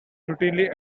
routinely